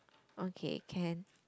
okay can